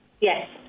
yes